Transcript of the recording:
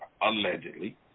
allegedly